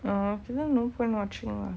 நா அப்டிதா:naa apdithaa no point watching lah